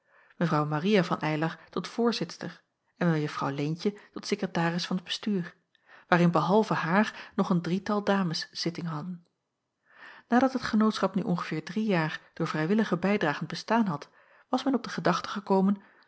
mw maria van eylar tot voorzitster en mejuffrouw leentje tot sekretaris van het bestuur waarin behalve haar nog een drietal dames zitting hadden nadat het genootschap nu ongeveer drie jaar door vrijwillige bijdragen bestaan had was men op de gedachte gekomen